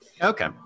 Okay